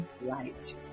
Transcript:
right